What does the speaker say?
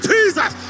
Jesus